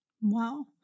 Wow